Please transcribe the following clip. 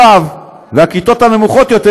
ו' והכיתות הנמוכות יותר,